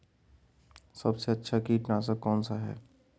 सबसे अच्छा कीटनाशक कौनसा है?